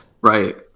right